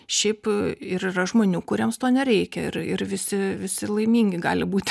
šiaip ir yra žmonių kuriems to nereikia ir ir visi visi laimingi gali būt